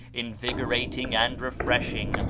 invigorating and refreshing,